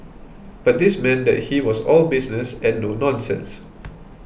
but this meant that he was all business and no nonsense